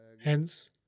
Hence